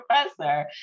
professor